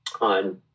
on